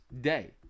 day